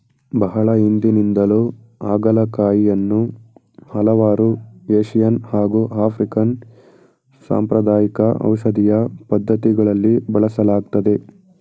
ಬಹಳ ಹಿಂದಿನಿಂದಲೂ ಹಾಗಲಕಾಯಿಯನ್ನು ಹಲವಾರು ಏಶಿಯನ್ ಹಾಗು ಆಫ್ರಿಕನ್ ಸಾಂಪ್ರದಾಯಿಕ ಔಷಧೀಯ ಪದ್ಧತಿಗಳಲ್ಲಿ ಬಳಸಲಾಗ್ತದೆ